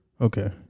Okay